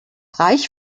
reich